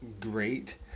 great